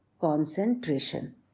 concentration